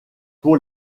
pour